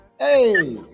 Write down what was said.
Hey